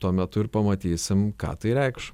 tuo metu ir pamatysim ką tai reikš